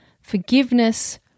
Forgiveness